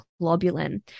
globulin